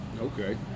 Okay